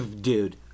dude